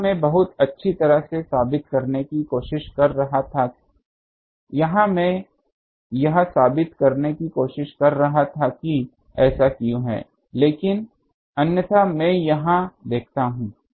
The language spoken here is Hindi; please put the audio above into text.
यह मैं बहुत अच्छी तरह से साबित करने की कोशिश कर रहा था यहाँ मैं यह साबित करने की कोशिश कर रहा था कि ऐसा क्यों है लेकिन अन्यथा अगर मैं यहां देखता हूं